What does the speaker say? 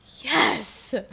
Yes